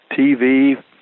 TV